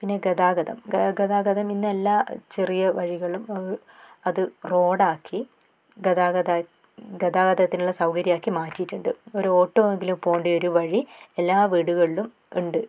പിന്നെ ഗതാഗതം ഗതാഗതം ഇന്നെല്ലാ ചെറിയ വഴികളും അത് റോഡാക്കി ഗതാഗത ഗതാഗതത്തിനുള്ള സൗകര്യമാക്കി മാറ്റിയിട്ടുണ്ട് ഒരു ഓട്ടോ എങ്കിലും പോകേണ്ടി ഒരു വഴി എല്ലാ വീടുകളിലും ഉണ്ട്